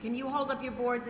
can you hold up your boards